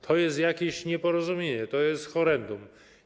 To jest jakieś nieporozumienie, to jest horrendum.